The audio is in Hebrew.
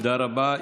תודה רבה.